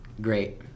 Great